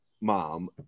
mom